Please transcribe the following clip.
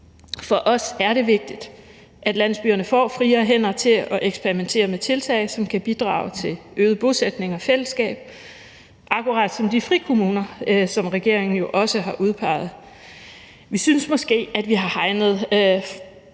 For os er det vigtigt, at landsbyerne få friere hænder til at eksperimentere med tiltag, som kan bidrage til øget bosætning og fællesskab, akkurat som de frikommuner, som regeringen jo også har udpeget. Vi synes måske, at vi har hegnet